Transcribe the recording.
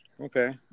Okay